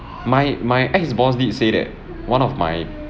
my my ex-boss did say that one of my